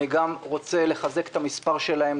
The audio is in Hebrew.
אני גם רוצה לחזק את המספר שלהם,